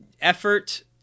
effort